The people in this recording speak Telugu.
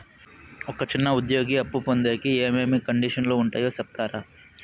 ఒక చిన్న ఉద్యోగి అప్పు పొందేకి ఏమేమి కండిషన్లు ఉంటాయో సెప్తారా?